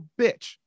bitch